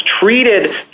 treated